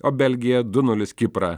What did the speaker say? o belgija du nulis kiprą